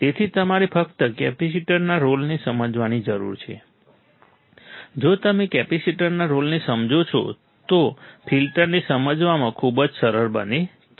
તેથી તમારે ફક્ત કેપેસિટરના રોલને સમજવાની જરૂર છે જો તમે કેપેસિટરના રોલને સમજો છો તો ફિલ્ટરને સમજવામાં ખૂબ જ સરળ બને છે